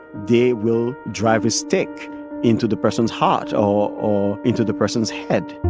they will drive a stake into the person's heart or or into the person's head